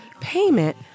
payment